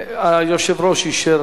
היושב-ראש אישר